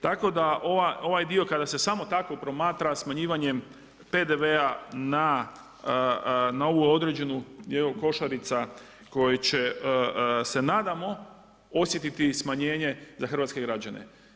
Tako da ovaj dio, kada se samo tako promatra, smanjivanjem PDV-a na ovu određenu, jel, košarica, kojoj će, se nadamo, osjetiti smanjenje za hrvatske građane.